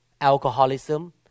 Alcoholism